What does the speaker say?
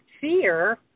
fear